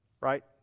Right